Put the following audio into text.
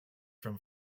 from